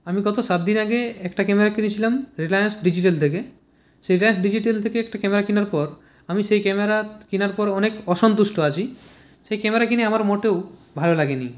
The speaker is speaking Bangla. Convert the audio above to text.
আমি গত সাত দিন আগে একটা ক্যামেরা কিনেছিলাম রিলায়েন্স ডিজিটাল থেকে সেডাক ডিজিটাল থেকে একটা ক্যামেরা কেনার পর আমি সেই ক্যামেরা কেনার পর অনেক অসন্তুষ্ট আছি সেই ক্যামেরা কিনে আমার মোটেও ভালো লাগেনি